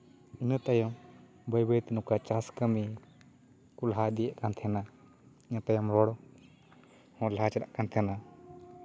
ᱤᱱᱟᱹ ᱛᱟᱭᱚᱢ ᱵᱟᱹᱭ ᱵᱟᱹᱭᱛᱮ ᱱᱚᱝᱠᱟ ᱪᱟᱥ ᱠᱟᱹᱢᱤ ᱠᱚ ᱞᱟᱦᱟ ᱤᱫᱤᱭᱮᱫ ᱠᱟᱱ ᱛᱟᱦᱮᱱᱟ ᱤᱱᱟᱹ ᱛᱟᱭᱚᱢ ᱨᱚᱲ ᱦᱚᱸ ᱞᱟᱦᱟ ᱪᱟᱞᱟᱜ ᱠᱟᱱ ᱛᱟᱦᱮᱱᱟ